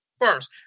first